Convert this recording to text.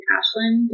Ashlyn